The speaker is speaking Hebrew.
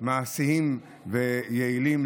מעשים ויעילים.